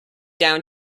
down